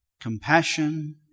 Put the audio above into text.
compassion